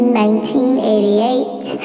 1988